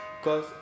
Cause